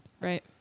Right